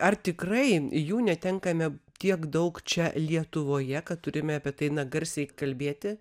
ar tikrai jų netenkame tiek daug čia lietuvoje kad turime apie tai garsiai kalbėti